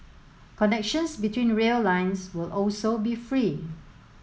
connections between rail lines will also be free